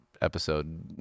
episode